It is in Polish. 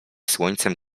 słońcem